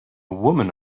woman